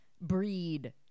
breed